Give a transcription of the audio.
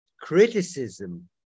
criticism